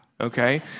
okay